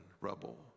rubble